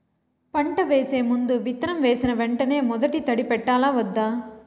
పంట వేసే ముందు, విత్తనం వేసిన వెంటనే మొదటి తడి పెట్టాలా వద్దా?